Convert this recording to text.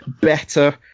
better